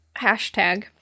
hashtag